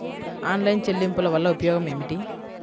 Online చెల్లింపుల వల్ల ఉపయోగమేమిటీ?